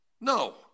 No